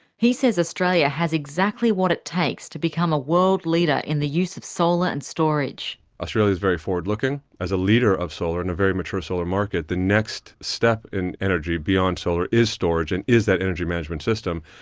he says australia has exactly what it takes to become a world leader in the use of solar and storage. australia's very forward-looking as a leader of solar, and a very mature solar market. the next step in energy, beyond solar, is storage, and is that energy management system,